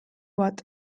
bat